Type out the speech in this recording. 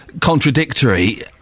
contradictory